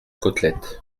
côtelette